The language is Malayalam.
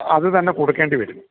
അത് തന്നെ കൊടുക്കേണ്ടി വരും